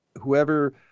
whoever